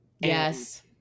yes